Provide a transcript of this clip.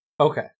Okay